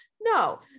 No